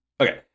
Okay